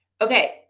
Okay